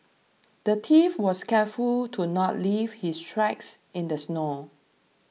the thief was careful to not leave his tracks in the snow